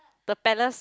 the Palace